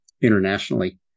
internationally